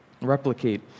Replicate